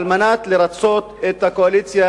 על מנת לרצות את הקואליציה,